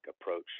approach